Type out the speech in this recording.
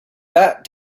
that